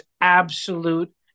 absolute